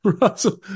Russell